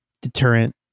deterrent